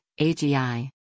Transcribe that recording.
AGI